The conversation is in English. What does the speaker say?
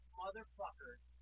motherfuckers